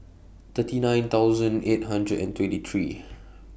thirty nine thousand eight hundred and twenty three